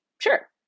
Sure